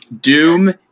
Doom